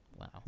Wow